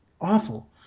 awful